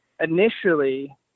initially